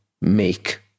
make